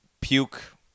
puke